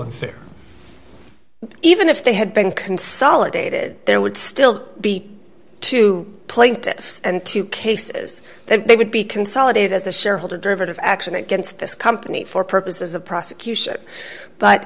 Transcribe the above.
unfair even if they had been consolidated there would still be two plaintiffs and two cases then they would be consolidated as a shareholder derivative action against this company for purposes of prosecution but